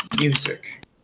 music